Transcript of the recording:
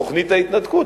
תוכנית ההתנתקות,